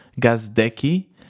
Gazdecki